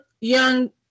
Young